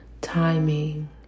timing